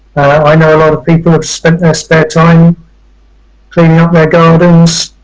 i know a lot of people have spent their spare time cleaning up their gardens,